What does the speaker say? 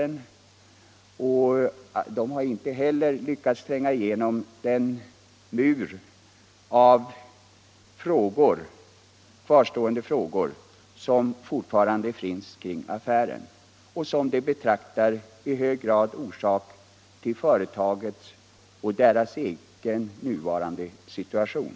Inte heller de har lyckats tränga igenom den mur av frågor som återstår kring affären, som de betraktar som i hög grad orsaken till företagets och deras egen nuvarande situation.